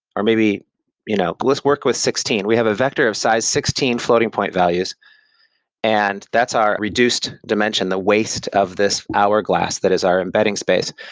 or maybe you know let's work with sixteen. we have a vector of size sixteen floating point values and that's our reduced dimension the waste of this hourglass that is our embedding space.